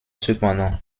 cependant